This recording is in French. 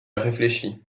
réfléchi